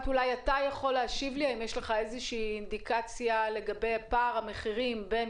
יש לך איזו שהיא אינדיקציה לגבי פער המחירים בין